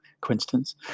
coincidence